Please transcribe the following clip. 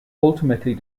ultimately